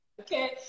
okay